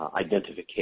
Identification